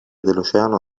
dell’oceano